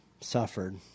suffered